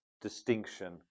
distinction